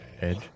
edge